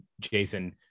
Jason